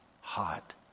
hot